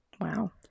Wow